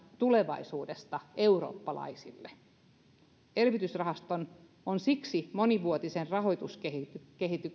tulevaisuudesta eurooppalaisille elvytysrahaston on siksi monivuotisen rahoituskehyksen